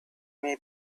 may